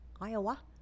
Iowa